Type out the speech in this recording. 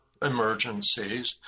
emergencies